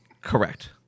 Correct